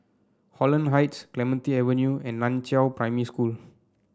Holland Heights Clementi Avenue and Nan Chiau Primary School